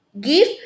give